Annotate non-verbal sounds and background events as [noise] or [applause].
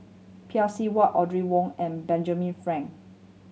[unintelligible] Seng Whatt Audrey Wong and Benjamin Frank